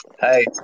Hey